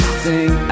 sing